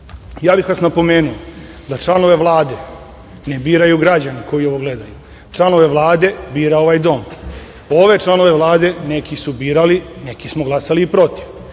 bih vas napomenuo da članove Vlade ne biraju građani koji ovo gledaju, članove Vlade bira ovaj dom. Ove članove Vlade neki su birali, neki smo glasali i protiv,